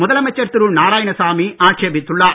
முதலமைச்சர் நாராயணசாமி ஆட்சேபித்துள்ளார்